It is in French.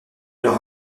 leur